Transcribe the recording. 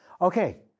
Okay